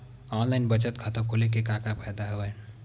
online बचत खाता खोले के का का फ़ायदा हवय